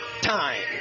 time